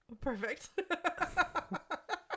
Perfect